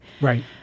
Right